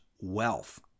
wealth